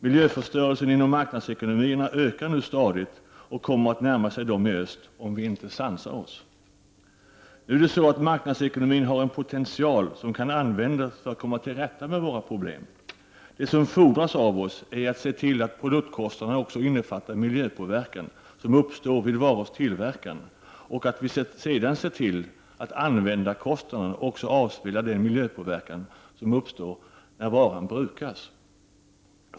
Miljöförstörelsen inom marknadsekonomierna ökar nu stadigt och kommer att närma sig dem i öst om vi inte sansar oss. Marknadsekonomin har en potential som kan användas för att komma till rätta med våra problem. Det som fordras av oss är att se till att produktkostnaderna också innefattar den miljöpåverkan som uppstår vid varors tillverkning och att vi sedan ser till att användarkostnaderna också avspeglar den miljöpåverkan som uppstår när varan brukas.